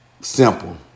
Simple